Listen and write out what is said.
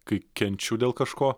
kai kenčiu dėl kažko